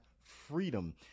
freedom